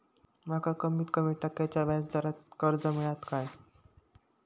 माका कमीत कमी टक्क्याच्या व्याज दरान कर्ज मेलात काय?